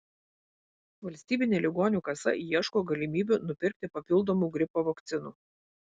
valstybinė ligonių kasa ieško galimybių nupirkti papildomų gripo vakcinų